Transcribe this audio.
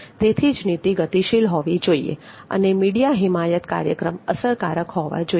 તેથી જ નીતિ ગતિશીલ હોવી જોઈએ અને મીડિયા હિમાયત કાર્યક્રમ અસરકારક હોવા જોઈએ